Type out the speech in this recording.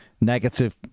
negative